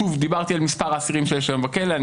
שוב, דיברתי על מספר האסירים שיש היום בכלא.